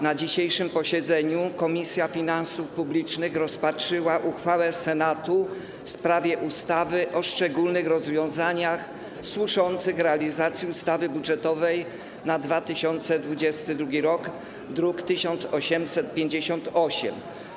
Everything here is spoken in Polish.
Na dzisiejszym posiedzeniu Komisja Finansów Publicznych rozpatrzyła uchwałę Senatu w sprawie ustawy o szczególnych rozwiązaniach służących realizacji ustawy budżetowej na 2022 r., druk nr 1858.